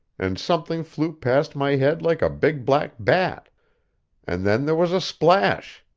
and something flew past my head like a big black bat and then there was a splash!